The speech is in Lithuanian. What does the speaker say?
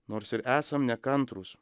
nors ir esam nekantrūs